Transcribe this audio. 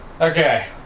Okay